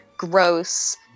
gross